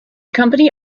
company